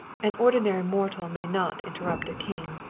an ordinary mortal may not interrupt a king,